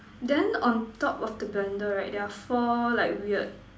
then on top of the blender right there are four like weird